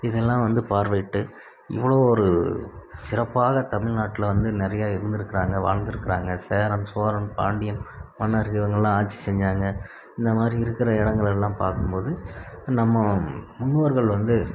இதெல்லாம் வந்து பார்வையிட்டு இவ்வளோ ஒரு சிறப்பாக தமிழ்நாட்டில் வந்து நிறைய இருந்துருக்கிறாங்க வாழ்ந்துருக்கிறாங்க சேரன் சோழன் பாண்டியன் மன்னர்கள் இவங்கள்லாம் ஆட்சி செஞ்சாங்க இந்த மாதிரி இருக்கிற இடங்களெல்லாம் பார்க்கும்போது நம்ம முன்னோர்கள் வந்து